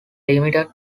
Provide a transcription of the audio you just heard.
limited